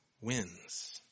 wins